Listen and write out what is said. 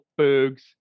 boogs